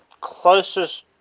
closest